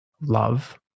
love